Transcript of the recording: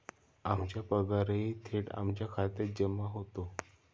आमचा पगारही थेट आमच्या खात्यात जमा होतो